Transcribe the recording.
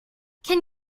can